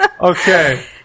okay